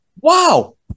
wow